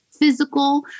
Physical